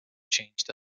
changed